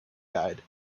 guide